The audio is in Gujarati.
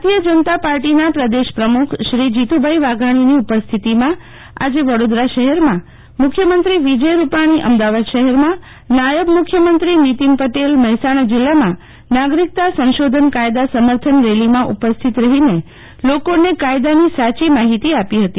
ભારતીય જનતા પાર્ટીના પ્રદેશ પ્રમુખ શ્રી જીતુભાઇ વાઘાણીની ઉપસ્થિતીમાં આજે વડોદરા શહેરમાં મુખ્યમંત્રી વિજયભાઇ રૂપાણી અમદાવાદ શહેરમાં નાયબ મુખ્યમંત્રી નિતિનભાઇ પટેલ મહેસાણા જીલ્લામાં નાગરિકતા સંશોધન કાયદા સમર્થન રેલીમાં ઉપસ્થિત રહીને લોકોને કાયદાની સાયી માહિતી આપશે